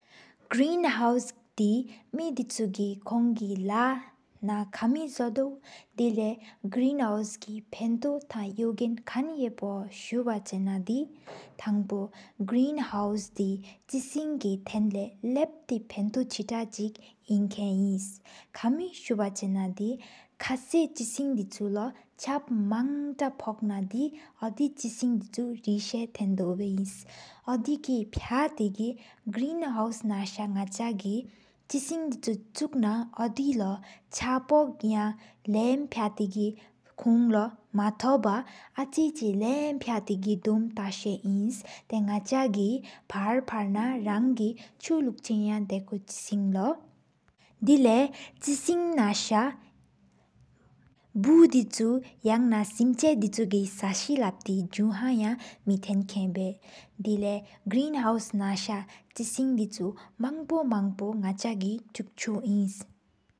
སྒྲོན་ ཁང་ དི་ སྨྲེན་ དེད་ཆུ་ གི་ཀོང གི་ལ། ན་ གཏོར་མ་ཡ་བདེ་ཨིཊ་ སྒྲོན་ ཁང་གི་། ཕེནཏྲི་ ཐང་ ཡུག་ གིས་ བཀན་ ཡེ་པོ་། སྤུ་ཝ་ ཆེ་ ན་ དི་ ཐང་གོའང་ སྒྲོན་ ཁང་ དེ་། ཅེ་སིན་ གི་ ཐེན་ ལེཾ་ ལབ་ཏེ་ སྦུད་ ཅེ་ཏ་ ཕྲིནཀེན་། ཆིག་ སྤྱི་ཙམ་མ་ཡེ་སྤུ་ཝ་ ཆེ་ ན་དི་ཁ་སི་ ཅེ་སེན་ ལོ་། ཕྱི་ཐ་མང་པོ་ བོཀེ་ ན་དི་ དོདི་ ཅེ་སེན་ དེད་ངྷུ་ དི་། རེས་སེར་ ཐེན་ དོཝ་ ཨུ་དེ་ ཀེ་ ཕའ་ཏེ་གི་། སྒྲོན་ ཁང་ ན་ ཉག་ཅོ་་་གི་ཅེ་སེན་ ཆུ་ན་། ཏེ་ལོ་དེ་ ལའོ་ལོ་ལེཾ་ མ། ཐོང་ཆིག་ བཀའ་འབའ་ གྷམ་ཐེེ་གུད་ ཁྱེད་རིང་ དེ་དེ་ དོད་སར་ རྨང་ སིད་མ་ ག་དེ་ དགུམ་ངོ་ལོའོ་ གུང་དེ་། ཐོེ་ཐ་ག་འདི་ དང་ཆིག་ ལཕོ་ལ་ བམ་ཏལེ་ལོ། སྒྲསེ་ ལེཨ་ ཏེེ་ ཅེུརོ་ཨ་ སེན་ ཐ་འབའ་ མཾ་ ཏའེ་ དོད་དེ། སྦུད་ སིུམ་ སིུ་ཐིུ་ལེ་གི་འ་སེད་ རེཨི་ བ་ཆ་ ཅེསིན་ དེབ་ རསྐེ་ཌ་ དེེཏེ་ ཝིཥདེ ཚཀུ། སྲུུང་ དེ་དི་བའས་ རཏུ་དེེ་ མཊ་དེ་ང་ཧམ། མ་ མའོ་མང་པོ་ ཉག་ཀ་གིས་ དྲི་ཨོད་གྲི་རོ་ གོམ་ དགི་ཆར་ དེང་ གྲི་མགས་ ཧོད་འོོ་རཡའ་ཆིབ་ ཞིཀ་ཏོད་ཏུུ་།